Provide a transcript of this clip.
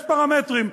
יש פרמטרים.